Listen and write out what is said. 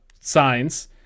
signs